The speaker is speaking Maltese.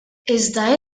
iżda